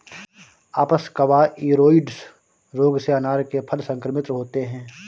अप्सकवाइरोइड्स रोग से अनार के फल संक्रमित होते हैं